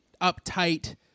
uptight